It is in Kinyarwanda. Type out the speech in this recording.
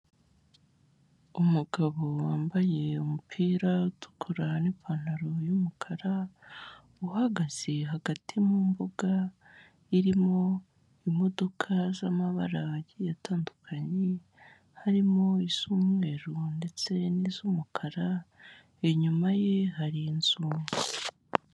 Umugabo wambaye umupira utukura, n'ipantaro y'umukara, uhagaze hagati mu mbuga, irimo imodoka z'amabara agiye atandukanye, harimo iz'umweru ndetse n'iz'umukara, inyuma ye hari inzu.